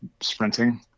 sprinting